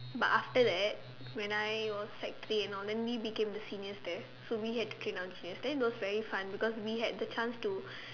then after that when I was sec three and all then we became the seniors there so we had our seniors then it was very fun because we had the chance to